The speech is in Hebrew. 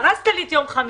הרסת לי את יום חמישי.